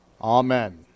Amen